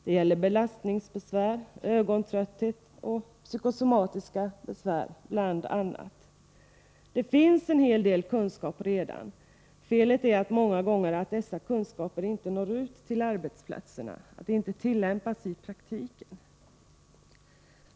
Det gäller bl.a. belastningsbesvär, ögontrötthet och psykosomatiska besvär. Det finns en hel del kunskap redan — felet är många gånger att dessa kunskaper inte når ut till arbetsplatserna, att de inte tillämpas i praktiken.